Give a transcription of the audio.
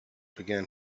began